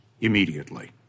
immediately